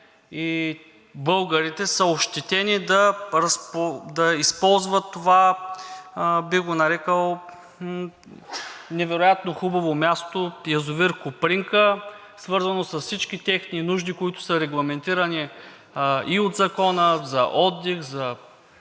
и българите са ощетени да използват това бих го нарекъл невероятно хубаво място – язовир „Копринка“, свързано с всички техни нужди, които са регламентирани и от Закона – за отдих, за